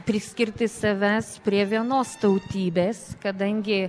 priskirti savęs prie vienos tautybės kadangi